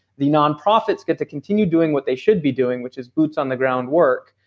the nonprofits get to continue doing what they should be doing, which is boots on the ground work.